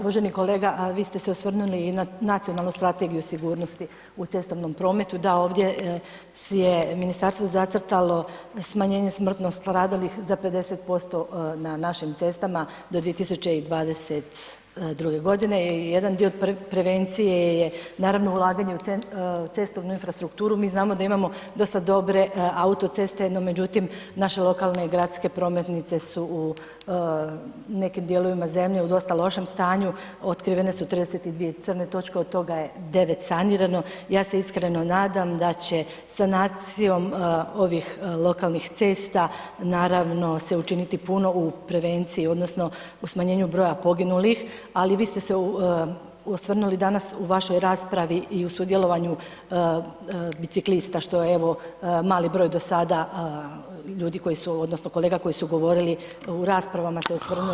Uvaženi kolega, vi ste se osvrnuli i na Nacionalnu strategiju sigurnosti u cestovnom prometu, da ovdje si je Ministarstvo zacrtalo smanjenje smrtno stradalih za 50% na našim cestama do 2022. godine, i jedan dio prevencije je naravno ulaganje u cestovnu infrastrukturu, mi znamo da imamo dosta dobre autoceste, no međutim naše lokalne i gradske prometnice su u nekim dijelovima zemlje u dosta lošem stanju, otkrivene su 32 crne točke, od toga je 9 sanirano, ja se iskreno nadam da će sanacijom ovih lokalnih cesta naravno se učiniti puno u prevenciji odnosno u smanjenju broja poginulih, ali vi ste se osvrnuli danas u vašoj raspravi i u sudjelovanju biciklista što je evo, mali broj do sada ljudi koji su odnosno kolega koji su govorili, u raspravama se osvrnuli na taj dio, koji su